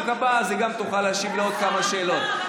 והיא גם תוכל להשיב על עוד כמה שאלות.